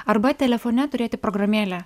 arba telefone turėti programėlę